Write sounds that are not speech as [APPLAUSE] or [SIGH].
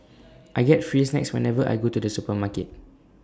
[NOISE] I get free snacks whenever I go to the supermarket